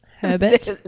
Herbert